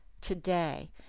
today